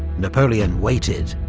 napoleon waited,